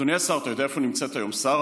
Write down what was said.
אדוני השר, אתה יודע איפה נמצאים עכשיו שרה